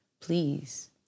please